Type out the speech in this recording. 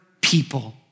people